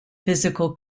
physical